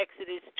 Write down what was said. Exodus